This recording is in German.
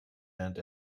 während